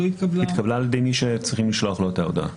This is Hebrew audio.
התקבלה על ידי מי שצריכים לשלוח את ההודעה.